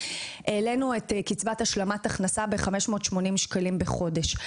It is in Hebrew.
העלינו את קצבת השלמת ההכנסה ב-580 שקלים בחודש.